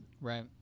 Right